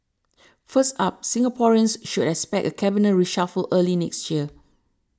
first up Singaporeans should expect a cabinet reshuffle early next year